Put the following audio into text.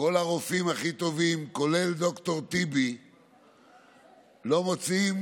בימים האחרונים מרבים, ולא בכדי,